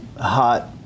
hot